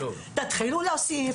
תתחילו להוסיף.